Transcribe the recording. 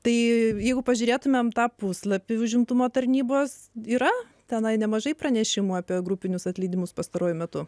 tai jeigu pažiūrėtumėme tą puslapį užimtumo tarnybos yra tenai nemažai pranešimų apie grupinius atleidimus pastaruoju metu